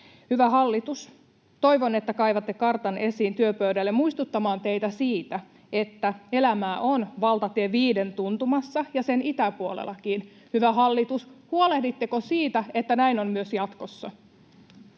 Hyvä hallitus, toivon, että kaivatte kartan esiin työpöydälle muistuttamaan teitä siitä, että elämää on valtatie 5:n tuntumassa ja sen itäpuolellakin. Hyvä hallitus, huolehditteko siitä, että näin on myös jatkossa?